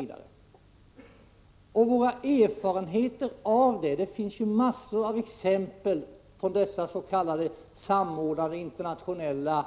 Vi har ju erfarenheter av sådant — det finns mängder med exempel på dessa s.k. samordnade internationella